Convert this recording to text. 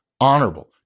honorable